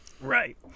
Right